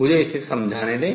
मुझे इसे समझाने दें